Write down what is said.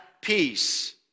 peace